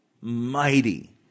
mighty